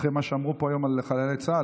אחרי מה שאמרו פה היום על חללי צה"ל,